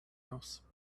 else